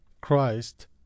Christ